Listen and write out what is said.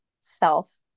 self